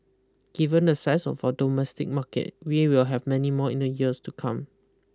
given the size of our domestic market we will have many more in the years to come